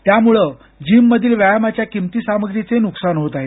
त्यामुळं जिममधील व्यायामाच्या किंमती सामग्रीचेही न्कसान होत आहे